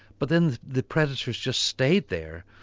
but then the predators just stayed there,